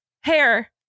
Hair